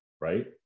right